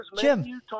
Jim